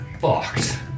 fucked